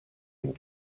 ligne